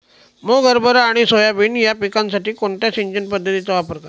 मुग, हरभरा आणि सोयाबीन या पिकासाठी कोणत्या सिंचन पद्धतीचा वापर करावा?